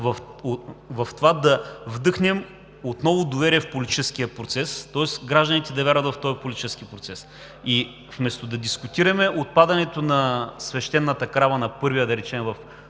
в това да вдъхнем отново доверие в политическия процес, тоест гражданите да вярват в този политически процес. Вместо да дискутираме отпадането на свещената крава на първия, да речем, в